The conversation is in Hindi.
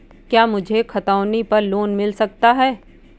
क्या मुझे खतौनी पर लोन मिल सकता है?